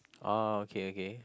oh okay okay